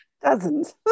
Dozens